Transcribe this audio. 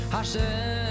Hashem